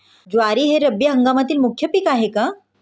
ज्वारी हे रब्बी हंगामातील मुख्य पीक आहे का?